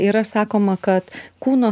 yra sakoma kad kūno